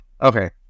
Okay